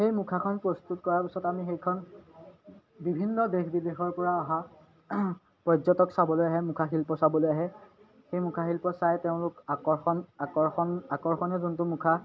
সেই মুখাখন প্ৰস্তুত কৰাৰ পিছত আমি সেইখন বিভিন্ন দেশ বিদেশৰ পৰা অহা পৰ্যটক চাবলৈ আহে মুখাশিল্প চাবলৈ আহে সেই মুখাশিল্প চাই তেওঁলোক আকৰ্ষণ আকৰ্ষণ আকৰ্ষণীয় যোনটো মুখা